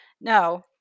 no